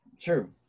true